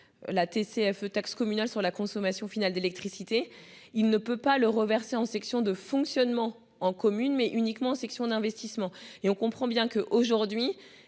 La TCF taxe communale sur la consommation finale d'électricité. Il ne peut pas le reverser en section de fonctionnement en commune mais uniquement en section d'investissement et on comprend bien que, aujourd'hui,